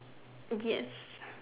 yes